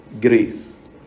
Grace